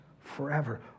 forever